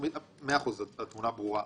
מאה אחוז, התמונה ברורה.